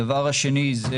הדבר השני זה